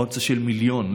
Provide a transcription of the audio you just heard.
אופציה למיליון.